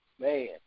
man